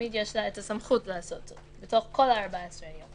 תמיד יש לה הסמכות לעשות זאת בתוך כל ה-14 יום,